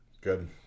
good